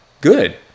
good